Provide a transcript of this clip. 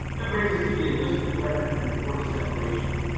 that brings us to the enlistment record and report of separation,